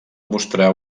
mostrar